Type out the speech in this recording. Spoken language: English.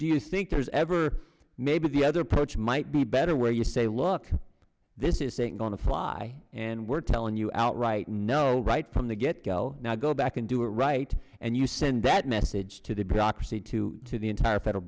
do you think there's ever maybe the other approach might be better where you say look this is saying on the fly and we're telling you outright no right from the get go now go back and do it right and you send that message to the bureaucracy to to the entire federal